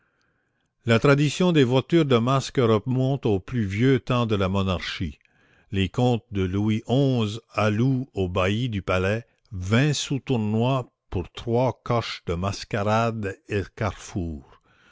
la tradition des voitures de masques remonte aux plus vieux temps de la monarchie les comptes de louis xi allouent au bailli du palais vingt sous tournois pour trois coches de mascarades ès carrefours